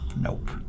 nope